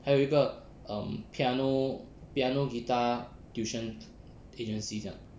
还有一个 um piano piano guitar tuition agencies 这样